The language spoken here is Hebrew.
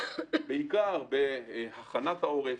בעיקר בהכנת העורף,